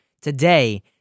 today